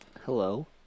Hello